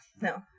no